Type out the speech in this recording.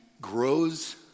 grows